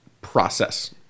process